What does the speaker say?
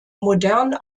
modern